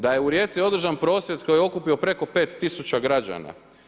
Da je u Rijeci održan prosvjed koji je okupio preko 5000 građana?